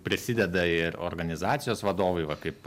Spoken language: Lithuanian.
prisideda ir organizacijos vadovai va kaip